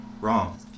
Wrong